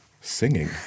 singing